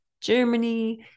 Germany